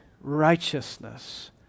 righteousness